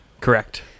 Correct